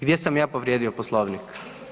Gdje sam ja povrijedio Poslovnik?